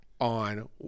on